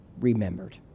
remembered